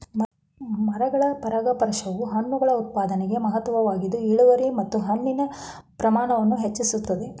ಮರಗಳ ಪರಾಗಸ್ಪರ್ಶವು ಹಣ್ಣುಗಳ ಉತ್ಪಾದನೆಗೆ ಮಹತ್ವದ್ದಾಗಿದ್ದು ಇಳುವರಿ ಮತ್ತು ಹಣ್ಣಿನ ಪ್ರಮಾಣವನ್ನು ಹೆಚ್ಚಿಸ್ತದೆ